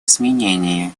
изменения